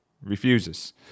Refuses